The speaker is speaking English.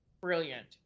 brilliant